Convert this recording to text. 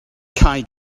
cau